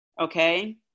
okay